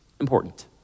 important